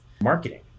Marketing